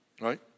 Right